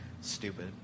stupid